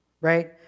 Right